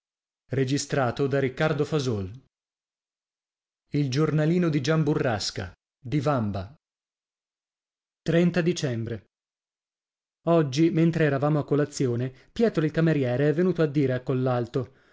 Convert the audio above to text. e io a leonora e a ena dicembre oggi mentre eravamo a colazione pietro il cameriere è venuto a dire a collalto